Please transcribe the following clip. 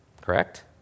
Correct